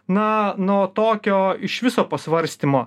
na nuo tokio iš viso pasvarstymo